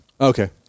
Okay